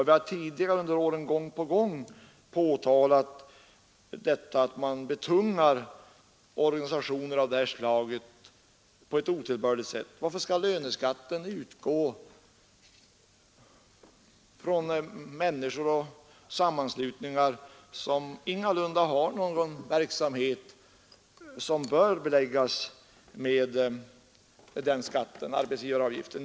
Vi har tidigare under åren gång på gång påtalat att man betungar organisationer av detta slag på ett otillbörligt sätt. Varför skall löneskatt tas ut från människor och sammanslutningar som ingalunda har sådan verksamhet som bör beläggas med den skatten?